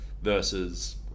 versus